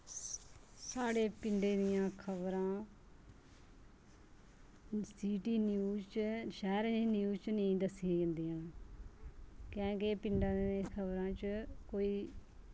साढ़े पिंडें दियां खबरां सिटी न्यूज च शैह्रें दी न्यूज च नेईं दस्सियां जंदियां जियां कैं के पिंडां दी खबरां च कोई